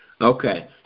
Okay